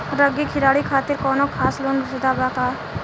Rugby खिलाड़ी खातिर कौनो खास लोन सुविधा बा का?